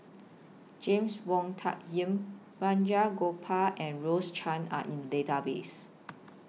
James Wong Tuck Yim Balraj Gopal and Rose Chan Are in The Database